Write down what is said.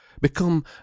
become